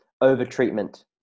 over-treatment